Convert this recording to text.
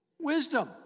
Wisdom